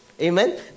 Amen